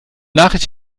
nachricht